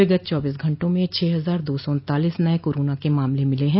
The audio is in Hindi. विगत चौबीस घंटों में छह हजार दो सौ उन्तालीस नये कोरोना के मामले मिले हैं